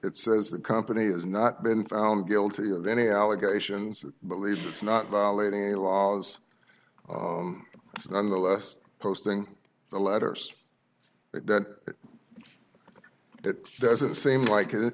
it says the company has not been found guilty of any allegations believes it's not violating any laws nonetheless posting the letters that it doesn't seem like it